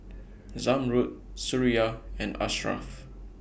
Zamrud Suria and Ashraff